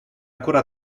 ancora